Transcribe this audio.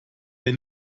der